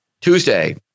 Tuesday